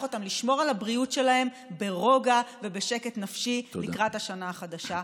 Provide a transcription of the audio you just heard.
אותם לשמור על הבריאות שלהם ברוגע ובשקט נפשי לקראת השנה החדשה.